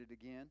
again